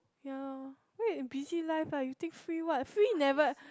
ya lor wait busy life lah you think free what free never